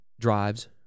drives